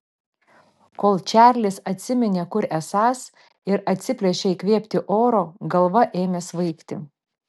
kol čarlis atsiminė kur esąs ir atsiplėšė įkvėpti oro galva ėmė svaigti